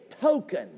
token